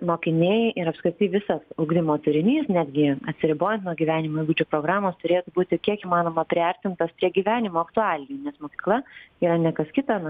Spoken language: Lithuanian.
mokiniai ir apskritai visas ugdymo turinys netgi atsiribojant nuo gyvenimo įgūdžių programos turėtų būti kiek įmanoma priartintas prie gyvenimo aktualijų nes mokykla yra ne kas kita na